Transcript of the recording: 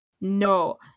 no